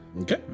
Okay